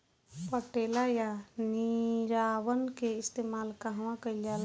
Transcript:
पटेला या निरावन का इस्तेमाल कहवा कइल जाला?